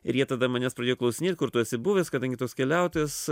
ir jie tada manęs pradėjo klausinėt kur tu esi buvęs kadangi tas keliautojas